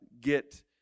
get